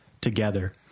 together